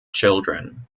children